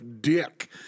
dick